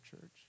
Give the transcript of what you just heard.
church